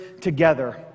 together